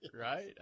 right